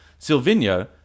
silvino